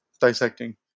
dissecting